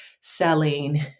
selling